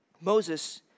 Moses